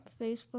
Facebook